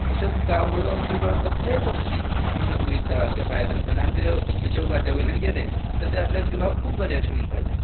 तशेंच कावळो किंवां कसलेंय पक्षी आनी थंय वयता किंवां भायर जाल्यार आमचे तकलेचेर माथ्यावयल्यान गेले जाल्यार तें आपल्या जिवाक खूब बरें अशें म्हणटालें